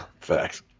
Facts